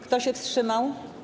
Kto się wstrzymał?